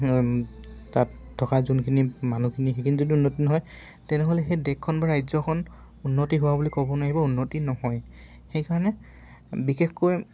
তাত থকা যোনখিনি মানুহখিনি সেইখিনিৰ যদি উন্নতি নহয় তেনেহ'লে সেই দেশখন বা ৰাজ্যখন উন্নতি হোৱা বুলি ক'ব নোৱাৰিব উন্নতি নহয় সেইকাৰণে বিশেষকৈ